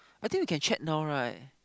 I think we can check now right